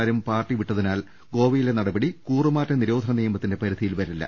മാരും പാർട്ടിവിട്ടതിനാൽ ഗോവയിലെ നടപടി കൂറുമാറ്റനി രോധന നിയമത്തിന്റെ പരിധിയിൽവരില്ല